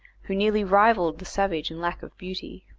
who nearly rivalled the savage in lack of beauty.